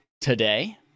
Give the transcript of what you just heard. today